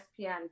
ESPN